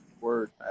Word